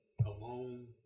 Alone